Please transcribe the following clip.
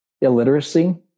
illiteracy